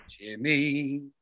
Jimmy